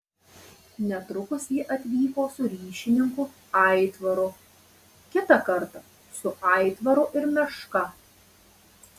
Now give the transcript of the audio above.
netrukus ji atvyko su ryšininku aitvaru kitą kartą su aitvaru ir meška